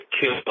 killed